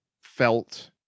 felt